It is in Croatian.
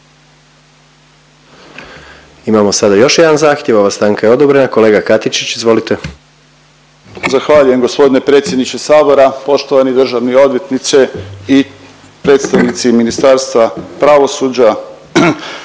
Imamo sad još jedan zahtjev. Ova stanka je odobrena. Kolega Katičić izvolite. **Katičić, Krunoslav (HDZ)** Zahvaljujem g. predsjedniče Sabora. Poštovani državni odvjetniče i predstavnici Ministarstva pravosuđa.